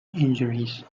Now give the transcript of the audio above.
injuries